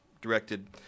directed